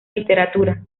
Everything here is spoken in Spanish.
literatura